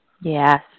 Yes